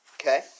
Okay